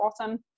awesome